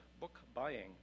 book-buying